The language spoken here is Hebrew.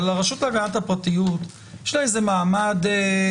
אבל, הרשות להגנת הפרטיות, יש לה איזה מעמד דואלי,